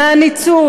מהניצול.